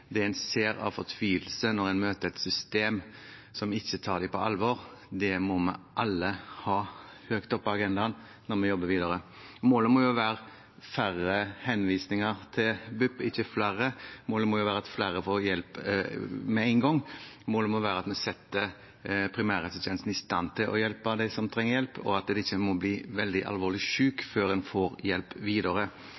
ser fortvilelsen i møte med et system som ikke tar en på alvor, må vi alle ha det høyt oppe på agendaen når vi jobber videre. Målet må jo være færre henvisninger til BUP, ikke flere. Målet må være at flere får hjelp med en gang. Målet må være at en setter primærhelsetjenesten i stand til å hjelpe dem som trenger hjelp, og at en ikke må bli veldig alvorlig